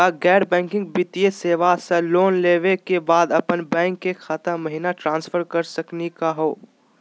का गैर बैंकिंग वित्तीय सेवाएं स लोन लेवै के बाद अपन बैंको के खाता महिना ट्रांसफर कर सकनी का हो?